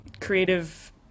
creative